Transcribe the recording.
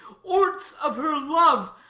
orts of her love,